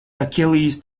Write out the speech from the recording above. achilles